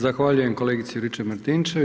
Zahvaljujem kolegici Juričev-Marinčev.